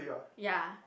ya